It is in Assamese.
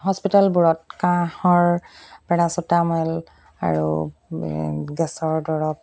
হস্পিটেলবোৰত কাঁহৰ পেৰাচিটাম'ল আৰু গেছৰ দৰৱ